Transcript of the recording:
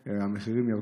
ראשית,